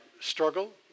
struggle